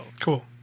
Cool